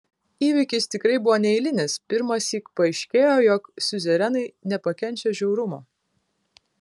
įvykis tikrai buvo neeilinis pirmąsyk paaiškėjo jog siuzerenai nepakenčia žiaurumo